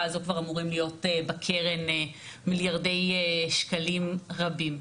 הזו כבר אמורים להיות בקרן מיליארדי שקלים רבים.